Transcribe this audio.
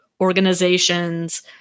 organizations